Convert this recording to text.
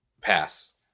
Pass